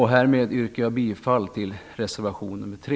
Härmed yrkar jag bifall till reservation nr 3.